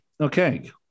Okay